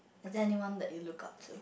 is there anyone that you look up to